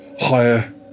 higher